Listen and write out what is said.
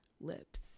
lips